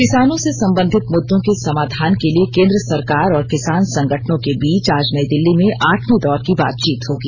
किसानों से संबंधित मुद्दों के समाधान के लिए केन्द्र सरकार और किसान संगठनों के बीच आज नयी दिल्ली में आठवें दौर की बातचीत होगी